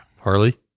Harley